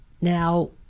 now